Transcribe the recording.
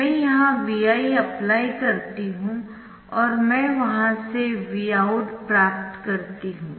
मैं यहां Vi apply करती हूं और मैं वहां से Vout प्राप्त करती हूं